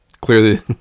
clearly